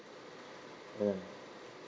ya